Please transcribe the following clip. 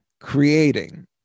creating